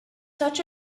such